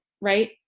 right